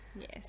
yes